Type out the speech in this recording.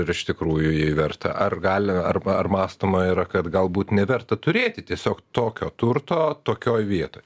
ir iš tikrųjų į jį verta ar gali arba ar mąstoma yra kad galbūt neverta turėti tiesiog tokio turto tokioj vietoj